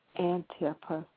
Antipas